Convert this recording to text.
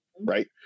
right